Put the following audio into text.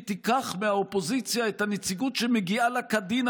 היא תיקח מהאופוזיציה את הנציגות שמגיעה לה כדין,